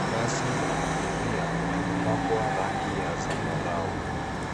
Basi la abiria limepakwa rangi ya zambarau.